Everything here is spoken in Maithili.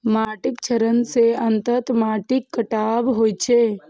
माटिक क्षरण सं अंततः माटिक कटाव होइ छै